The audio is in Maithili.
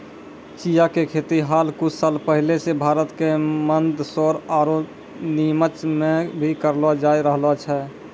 चिया के खेती हाल कुछ साल पहले सॅ भारत के मंदसौर आरो निमच मॅ भी करलो जाय रहलो छै